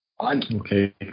Okay